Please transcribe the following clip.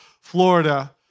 Florida